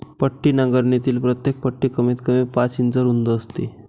पट्टी नांगरणीतील प्रत्येक पट्टी कमीतकमी पाच इंच रुंद असते